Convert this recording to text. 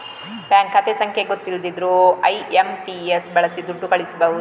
bank ಖಾತೆ ಸಂಖ್ಯೆ ಗೊತ್ತಿಲ್ದಿದ್ರೂ ಐ.ಎಂ.ಪಿ.ಎಸ್ ಬಳಸಿ ದುಡ್ಡು ಕಳಿಸ್ಬಹುದು